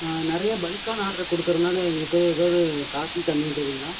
நிறையா பல்க்கான ஆட்ரை கொடுக்கறனால எங்களுக்கு எதாவது காஃபி கம்மி பண்ணித் தருவீங்களா